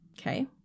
Okay